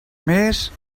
més